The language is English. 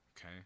okay